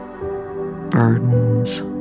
burdens